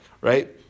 right